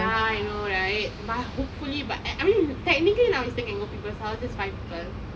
ya I know right but hopefully but I I mean technically now we still can go people's house just like five people